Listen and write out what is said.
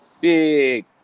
big